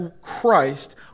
Christ